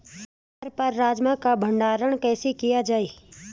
घर पर राजमा का भण्डारण कैसे किया जाय?